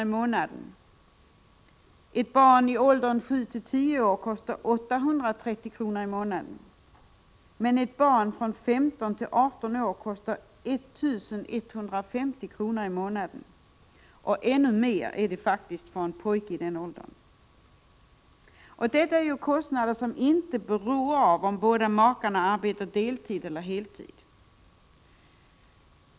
i månaden och ett barn från 7 till 10 år 830 kr., men ett barn mellan 15 och 18 år kostar 1 150 kr. per månad — ännu mer är det faktiskt för en pojke i den åldern. Detta är kostnader som inte beror av om båda makarna arbetar deltid eller heltid.